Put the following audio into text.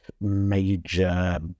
major